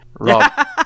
Rob